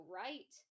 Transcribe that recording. right